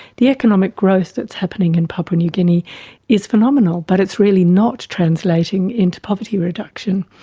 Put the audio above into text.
the economic growth that's happening in papua new guinea is phenomenal but it's really not translating into poverty reduction.